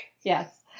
yes